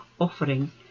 offering